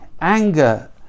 anger